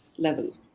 Level